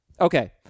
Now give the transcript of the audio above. Okay